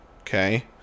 Okay